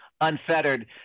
unfettered